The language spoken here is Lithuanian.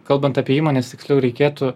kalbant apie įmones tiksliau reikėtų